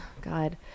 God